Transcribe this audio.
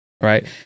Right